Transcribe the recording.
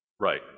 right